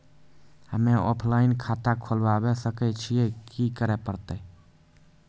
हम्मे ऑफलाइन खाता खोलबावे सकय छियै, की करे परतै?